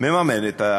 מממנת את